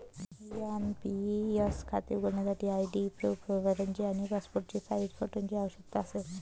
NPS खाते उघडण्यासाठी ID proof, पत्रव्यवहार आणि पासपोर्ट साइज फोटोची आवश्यकता असेल